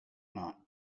not